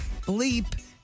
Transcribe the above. bleep